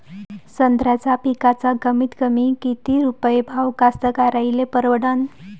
संत्र्याचा पिकाचा कमीतकमी किती रुपये भाव कास्तकाराइले परवडन?